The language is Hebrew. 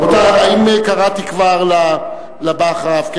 רבותי, האם קראתי כבר לבא אחריו?